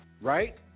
right